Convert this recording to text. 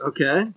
Okay